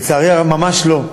לצערי, ממש לא.